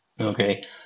okay